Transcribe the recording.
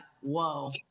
Whoa